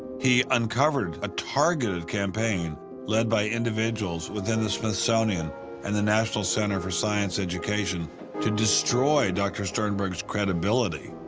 he uncovered a targeted campaign led by individuals within the smithsonian and the national center for science education to destroy dr. sternberg's credibility.